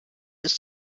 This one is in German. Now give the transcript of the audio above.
ist